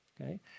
okay